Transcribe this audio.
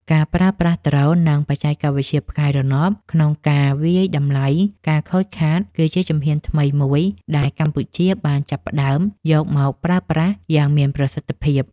ការប្រើប្រាស់ដ្រូន និងបច្ចេកវិទ្យាផ្កាយរណបក្នុងការវាយតម្លៃការខូចខាត គឺជាជំហានថ្មីមួយដែលកម្ពុជាបានចាប់ផ្តើមយកមកប្រើប្រាស់យ៉ាងមានប្រសិទ្ធភាព។